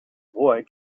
boy